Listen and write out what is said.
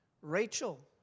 Rachel